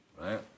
right